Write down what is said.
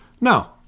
no